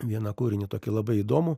vieną kūrinį tokį labai įdomų